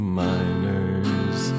miners